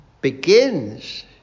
begins